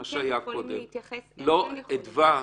הם כן יכולים להתייחס, לנו אין יכולת.